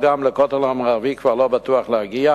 גם לכותל המערבי כבר לא בטוח להגיע?